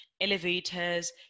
elevators